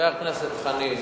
חבר הכנסת חנין,